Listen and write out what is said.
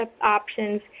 options